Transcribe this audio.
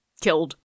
killed